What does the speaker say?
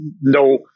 no